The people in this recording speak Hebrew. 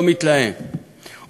אני לא מתלהם,